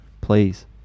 please